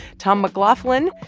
tom mclaughlan,